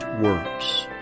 works